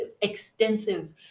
extensive